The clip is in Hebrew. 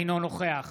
אינו נוכח